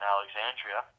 Alexandria